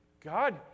God